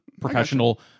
professional